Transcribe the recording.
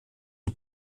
die